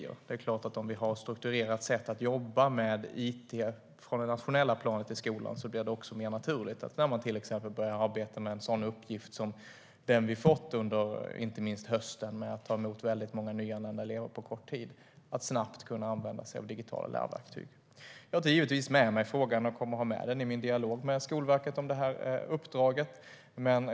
Om vi på det nationella planet har ett mer strukturerat sätt att jobba med it i skolan blir det mer naturligt att göra det när vi till exempel får en uppgift som den vi fått under hösten, att ta emot väldigt många nyanlända elever på kort tid. Då kan man snabbt använda sig av digitala lärverktyg. Jag tar givetvis med mig denna fråga i min dialog med Skolverket om uppdraget.